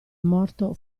morto